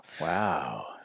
Wow